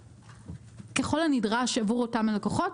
ככל הנדרש עבור אותם לקוחות,